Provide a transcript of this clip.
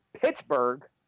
Pittsburgh